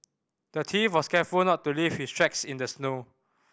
the thief was careful not to leave his tracks in the snow